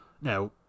now